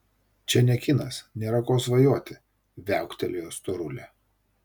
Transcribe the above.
čia ne kinas nėra ko svajoti viauktelėjo storulė